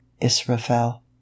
Israfel